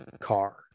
car